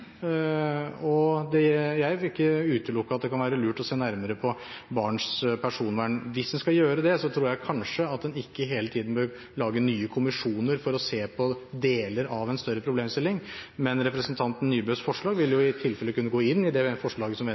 og jeg vil ikke utelukke at det kan være lurt å se nærmere på barns personvern. Hvis en skal gjøre det, tror jeg kanskje at en ikke hele tiden bør lage nye kommisjoner for å se på deler av en større problemstilling. Men representanten Nybøs forslag vil i tilfelle kunne gå inn i det forslaget som Venstre har fremmet fra Stortingets talerstol i dag, hvor det kan være et